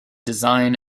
design